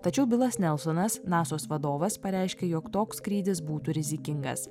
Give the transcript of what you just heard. tačiau bilas nelsonas nasos vadovas pareiškė jog toks skrydis būtų rizikingas